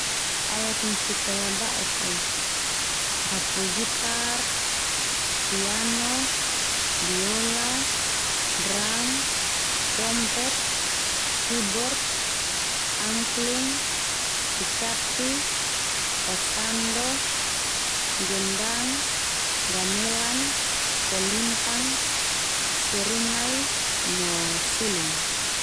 Alat musik iala ba'uk kal. Hapu gitar, piano, biola, dram, trompet, keyborad, angklung, kecapi, sasando, gendang, gamelan, kolintang, serunai, no suling.